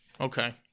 Okay